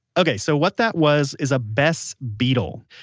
okay. so, what that was is a bess beetle.